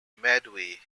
medway